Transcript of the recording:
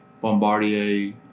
Bombardier